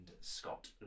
Scott